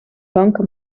blanke